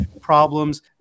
problems